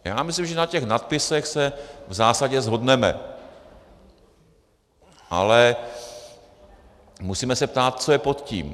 Já myslím, že na těch nadpisech se v zásadě shodneme, ale musíme se ptát, co je pod tím.